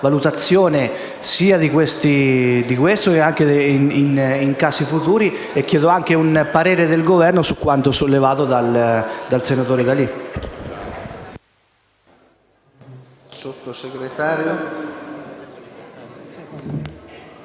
valutazione, sia per questo che per i casi futuri. Chiedo anche un parere del Governo su quanto sollevato dal senatore D'Alì.